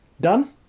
Done